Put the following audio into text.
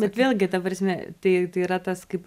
bet vėlgi ta prasme tai tai yra tas kaip